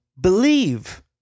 believe